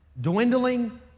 dwindling